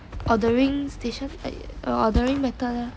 ordering station ordering method